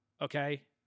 okay